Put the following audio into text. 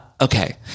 Okay